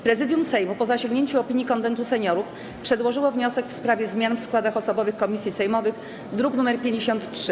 Prezydium Sejmu, po zasięgnięciu opinii Konwentu Seniorów, przedłożyło wniosek w sprawie zmian w składach osobowych komisji sejmowych, druk nr 53.